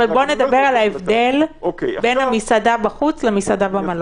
אבל בואו נדבר על ההבדל בין המסעדה בחוץ למסעדה במלון.